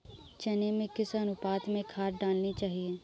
चने में किस अनुपात में खाद डालनी चाहिए?